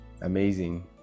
Amazing